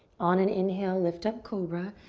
on an inhale, lift up, cobra.